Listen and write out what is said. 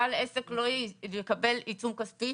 בעל עסק לא יקבל עיצום כספי,